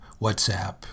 WhatsApp